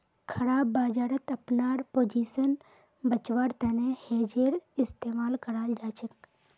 खराब बजारत अपनार पोजीशन बचव्वार तने हेजेर इस्तमाल कराल जाछेक